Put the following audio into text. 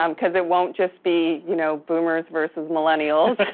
um because it won't just be you know boomers versus millennials.